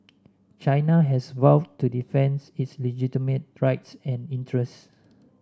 China has vowed to defends its legitimate rights and interests